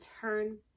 turn